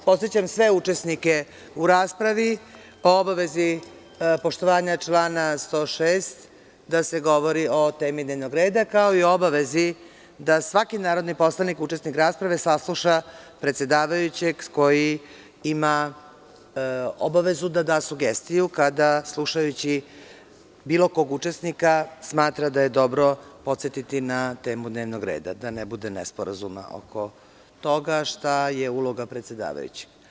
Podsećam sve učesnike u raspravi o obavezi poštovanja člana 106, da se govori o temi dnevnog reda, kao i o obavezi da svaki narodni poslanik, učesnik rasprave sasluša predsedavajućeg koji ima obavezu da da sugestiju kada slušajući bilo kog učesnika smatra da je dobro podsetiti na temu dnevnog reda, da ne bude nesporazuma oko toga šta je uloga predsedavajućeg.